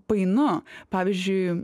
painu pavyzdžiui